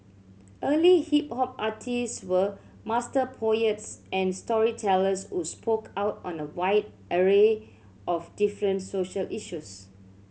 early hip hop artist were master poets and storytellers who spoke out on a wide array of different social issues